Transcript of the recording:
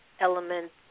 elements